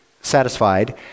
satisfied